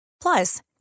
Plus